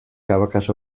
cabacas